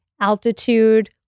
altitude